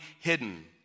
hidden